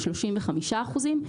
ל-35 אחוזים.